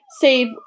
save